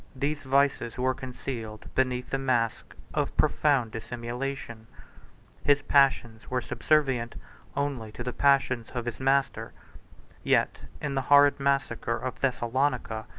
these vices were concealed beneath the mask of profound dissimulation his passions were subservient only to the passions of his master yet in the horrid massacre of thessalonica,